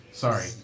Sorry